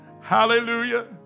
Hallelujah